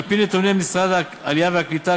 על-פי נתוני משרד העלייה והקליטה,